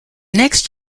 next